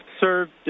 served